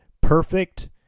perfect